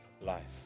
life